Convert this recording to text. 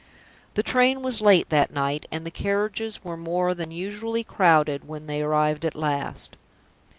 the train was late that night, and the carriages were more than usually crowded when they arrived at last.